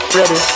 ready